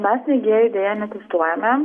mes mėgėjų deja netestuojame